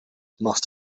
must